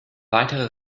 weitere